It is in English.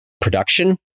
production